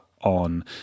on